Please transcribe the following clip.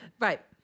Right